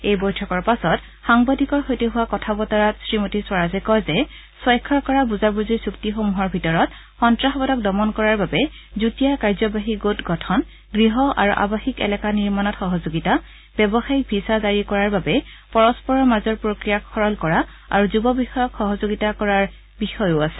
এই বৈঠকৰ পাছত সাংবাদিকৰ সৈতে হোৱা কথা বতৰাত শ্ৰীমতী স্বৰাজে কয় যে স্বাক্ষৰ কৰা বুজাবুজিৰ চুক্তিসমূহৰ ভিতৰত সন্তাসবাদক দমন কৰাৰ বাবে যুটীয়া কাৰ্যবাহী গোট গঠন গৃহ আৰু আৱাসিক এলেকা নিৰ্মাণত সহযোগিতা ব্যৱসায়িক ভিছা জাৰি কৰাৰ বাবে পৰস্পৰৰ মাজৰ প্ৰক্ৰিয়াক সৰল কৰা আৰু যুব বিষয়ত সহযোগিতা কৰাৰ বিষয় আদিও আছে